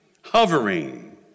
hovering